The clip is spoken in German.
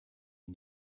ihn